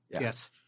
yes